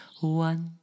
one